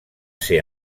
ser